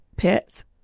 pets